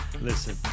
listen